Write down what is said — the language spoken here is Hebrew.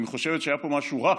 אם היא חושבת שהיה פה משהו רע,